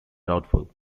doubtful